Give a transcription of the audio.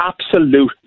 absolute